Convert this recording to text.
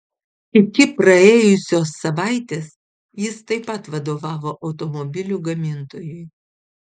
iki praėjusios savaitės jis taip pat vadovavo automobilių gamintojui